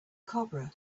cobra